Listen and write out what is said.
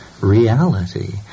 reality